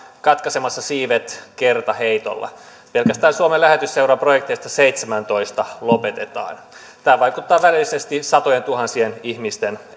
katkaisemassa siivet kertaheitolla pelkästään suomen lähetysseuran projekteista seitsemääntoista lopetetaan tämä vaikuttaa välillisesti satojentuhansien ihmisten